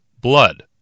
Blood